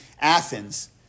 Athens